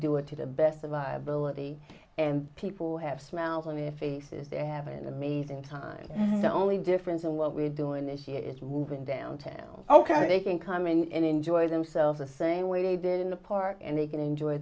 do it to the best of my ability and people have smiles on their faces they have an amazing time the only difference in what we're doing this year it will bring downtown ok they can come in and enjoy themselves the same way they did in the park and they can enjoy